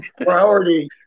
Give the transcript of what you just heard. priority